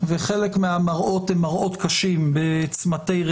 וחלק מהמראות הם מראות קשים בצמתי רחובות,